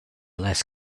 less